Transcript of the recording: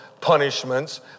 punishments